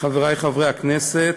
חברי חברי הכנסת,